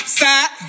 side